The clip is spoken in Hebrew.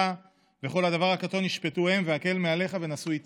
וכל הדבר הקטֹן ישפטו הם והקל מעליך ונשאו אתך".